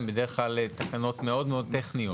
הן בדרך כלל תקנות מאוד טכניות.